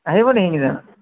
আহিব নেকি